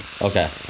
Okay